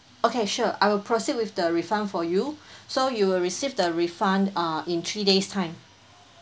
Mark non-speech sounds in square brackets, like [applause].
okay sure I will proceed with the refund for you [breath] so you will receive the refund uh in three days time